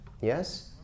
yes